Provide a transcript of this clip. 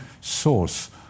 source